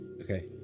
Okay